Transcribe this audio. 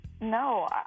No